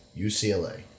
UCLA